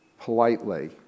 politely